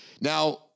Now